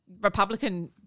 Republican